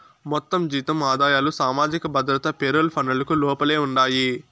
మొత్తం జీతం ఆదాయాలు సామాజిక భద్రత పెరోల్ పనులకు లోపలే ఉండాయి